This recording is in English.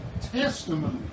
testimony